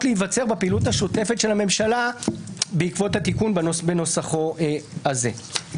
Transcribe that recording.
להיווצר בפעילות השוטפת של הממשלה בעקבות התיקון בנוסחו הזה.